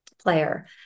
player